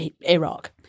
Iraq